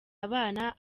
abana